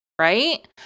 Right